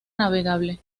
navegable